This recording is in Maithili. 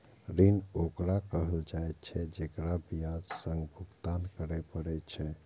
ऋण ओकरा कहल जाइ छै, जेकरा ब्याजक संग भुगतान करय पड़ै छै